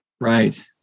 Right